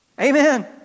Amen